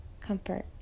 comfort